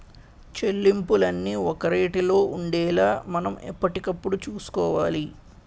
చెల్లింపులన్నీ ఒక రేటులో ఉండేలా మనం ఎప్పటికప్పుడు చూసుకోవాలి